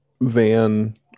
van